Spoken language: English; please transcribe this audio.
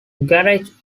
garage